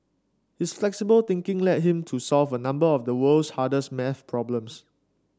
his flexible thinking led him to solve a number of the world's hardest math problems